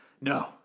no